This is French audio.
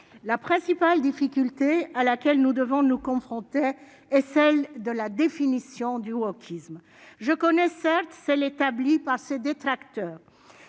la principale difficulté à laquelle nous devons nous confronter et celle de la définition du wokisme je connais certes celle établie par ses détracteurs,